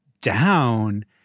down